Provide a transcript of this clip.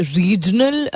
regional